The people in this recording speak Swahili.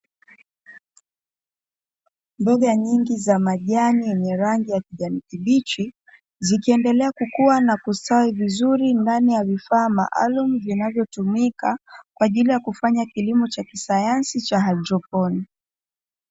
Mboga nyingi za majani yenye rangi ya kijani kibichi, zikiendelea kukua na kustawi vizuri ndani ya vifaa maalumu vinavyotumika kwa ajili ya kufanya kilimo cha kisayansi cha haidroponi.